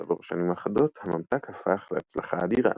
כעבור שנים אחדות הממתק הפך להצלחה אדירה.